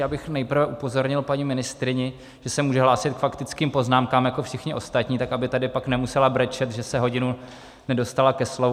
Já bych nejprve upozornil paní ministryni, že se může hlásit k faktickým poznámkám jako všichni ostatní, tak aby tady pak nemusela brečet, že se hodinu nedostala ke slovu.